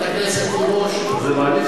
זה מעליב.